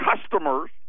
customers